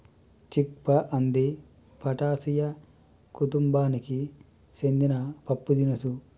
చిక్ పా అంది ఫాటాసియా కుతుంబానికి సెందిన పప్పుదినుసు